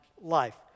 life